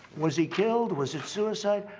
was he killed? was it suicide?